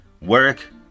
Work